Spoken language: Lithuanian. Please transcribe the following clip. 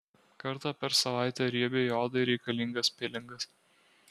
kartą per savaitę riebiai odai reikalingas pilingas